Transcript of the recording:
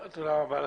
תודה רבה לך.